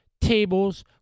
tables